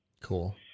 Cool